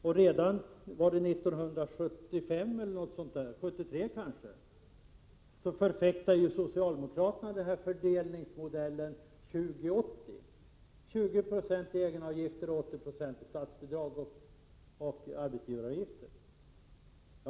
Och redan 1975, eller möjligen 1973, förfäktade socialdemokraterna fördelningsmodellen 20/80, dvs. 20 90 i egenavgifter och 80 960 i statsbidrag och arbetsgivaravgifter.